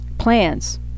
Plans